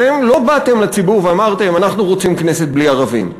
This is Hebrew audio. אתם לא באתם לציבור ואמרתם: אנחנו רוצים כנסת בלי ערבים,